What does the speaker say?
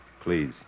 please